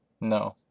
No